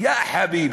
יא חביבי.